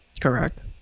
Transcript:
Correct